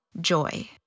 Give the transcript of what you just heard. joy